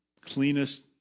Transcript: cleanest